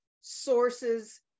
source's